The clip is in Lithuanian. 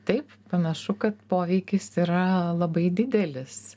taip panašu kad poveikis yra labai didelis